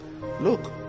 Look